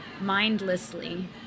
mindlessly